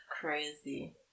crazy